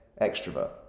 extrovert